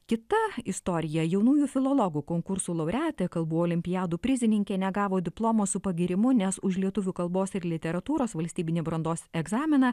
kita istorija jaunųjų filologų konkursų laureatė kalbų olimpiadų prizininkė negavo diplomo su pagyrimu nes už lietuvių kalbos ir literatūros valstybinį brandos egzaminą